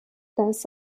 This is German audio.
das